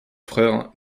frères